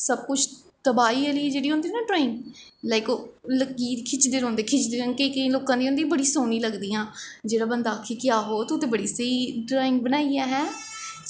सब कुछ तबाही आह्ली जेह्ड़ी होंदी ना ड्राईंग लाईक ओह् लकीर खिचदे रौंह्दे खिचदे रौंह्दे केईं केईं लोकां दी होंदी बड़ी सोह्नियां लगदियां जेह्ड़ा बंदा आक्खै कि तूं ते बड़ी स्हेई ड्राईंग बनाई ऐ हैं